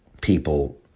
people